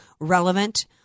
relevant